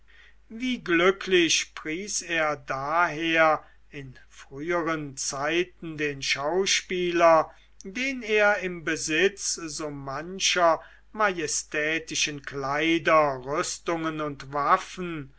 wie glücklich pries er daher in früheren zeiten den schauspieler den er im besitz so mancher majestätischen kleider rüstungen und waffen